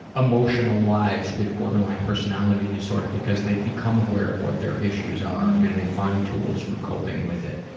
emotional lives with borderline personality disorder because they become aware of what their issues are and they find tools for coping with it.